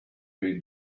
been